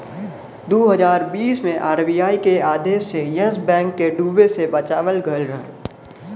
दू हज़ार बीस मे आर.बी.आई के आदेश से येस बैंक के डूबे से बचावल गएल रहे